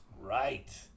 Right